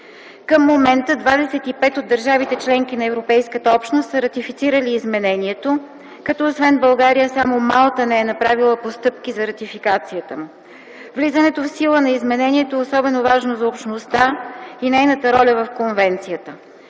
Към момента 25 от държавите – членки на Европейската общност, са ратифицирали изменението, като освен България само Малта не е направила постъпки за ратифицирането му. Влизането в сила на изменението е особено важно за Общността и нейната роля в Конвенцията.